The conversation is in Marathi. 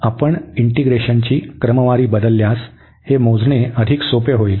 आपण इंटीग्रेशनची क्रमवारी बदलल्यास हे मोजणे अधिक सोपे होईल